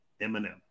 Eminem